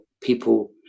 people